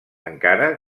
encara